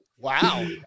Wow